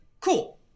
Cool